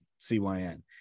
cyn